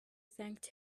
thanked